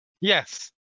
Yes